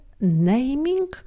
naming